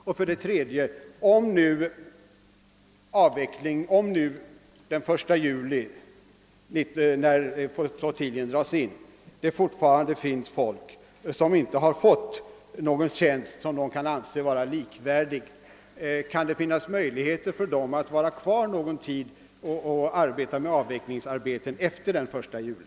Och för det tredje: Om det den 1 juli när flottiljen dras in fortfarande finns folk som inte har fått någon tjänst som de kan anse vara likvärdig, finns då möjlighet för dem att vara kvar någon tid och arbeta med avvecklingsarbetena efter den 1 juli?